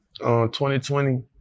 2020